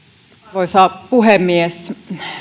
arvoisa puhemies